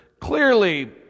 clearly